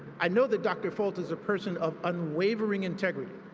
i know that dr. folt is a person of unwavering integrity,